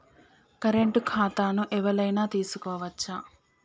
Current ఖాతాను ఎవలైనా తీసుకోవచ్చా?